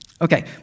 Okay